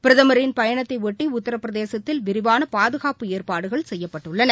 பிரதமரின் பயணத்தைபொட்டிஉத்திரபிரதேசத்தில் விரிவானபாதுகாப்பு ஏற்பாடுகள் செய்யப்பட்டுள்ளன